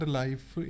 life